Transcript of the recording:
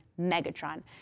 Megatron